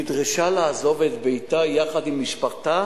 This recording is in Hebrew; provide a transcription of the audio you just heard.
היא נדרשה לעזוב את ביתה יחד עם משפחתה